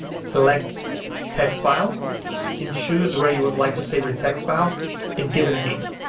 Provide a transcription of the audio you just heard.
select text file and choose where you would like to save your text file and give it a name.